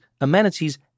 amenities